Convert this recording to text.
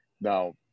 now